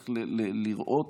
צריך לראות